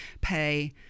pay